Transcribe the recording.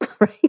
right